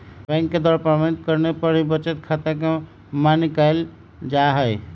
bank के द्वारा प्रमाणित करे पर ही बचत खाता के मान्य कईल जाहई